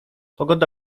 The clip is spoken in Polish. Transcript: pogoda